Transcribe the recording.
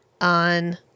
on